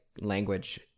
language